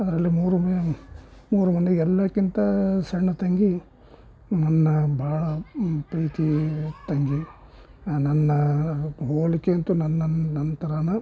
ಅದರಲ್ಲಿ ಮೂರು ಮೇ ಮೂರು ಮಂದಿ ಎಲ್ಲಕ್ಕಿಂತ ಸಣ್ಣ ತಂಗಿ ನನ್ನ ಭಾಳ ಪ್ರೀತಿಯ ತಂಗಿ ನನ್ನ ಹೋಲಿಕೆ ಅಂತೂ ನನ್ನ ನನ್ನ ನನ್ನ ಥರಾನೇ